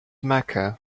mecca